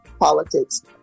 politics